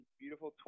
beautiful